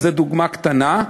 אז זו דוגמה קטנה.